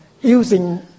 using